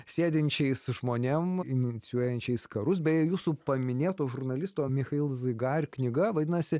sėdinčiais žmonėm inicijuojančiais karus bei jūsų paminėto žurnalisto michail zigar knyga vadinasi